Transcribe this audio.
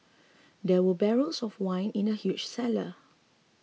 there were barrels of wine in the huge cellar